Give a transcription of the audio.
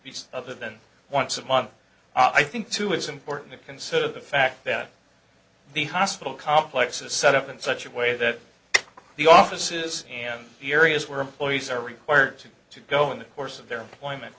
these other than once a month i think two is important to consider the fact that the hospital complex is set up in such a way that the offices and the areas where employees are required to go in the course of their employment